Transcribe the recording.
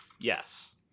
Yes